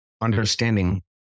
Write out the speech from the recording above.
understanding